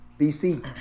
BC